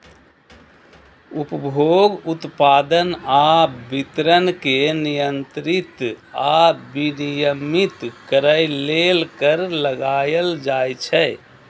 उपभोग, उत्पादन आ वितरण कें नियंत्रित आ विनियमित करै लेल कर लगाएल जाइ छै